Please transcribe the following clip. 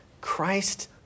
Christ